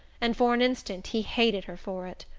and for an instant he hated her for it.